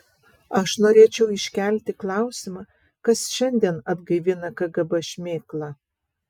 aš norėčiau iškelti klausimą kas šiandien atgaivina kgb šmėklą